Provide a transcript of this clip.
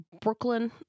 Brooklyn